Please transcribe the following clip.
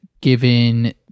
given